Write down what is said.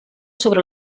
sobre